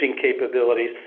capabilities